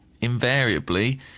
invariably